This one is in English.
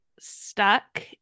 Stuck